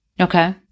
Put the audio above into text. okay